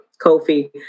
Kofi